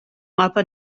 mapa